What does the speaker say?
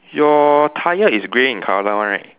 your tyre is grey in colour one right